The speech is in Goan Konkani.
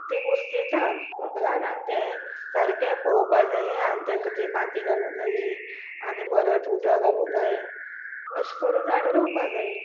ती उस्तिता झाडांक तें सारकें पोवपा जाय आनी तेका ती माती घालूं जाय आनी परत उदक घालूं जाय अशें करून झाडां रोवपा जाय